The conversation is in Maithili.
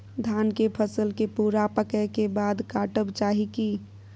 धान के फसल के पूरा पकै के बाद काटब चाही की?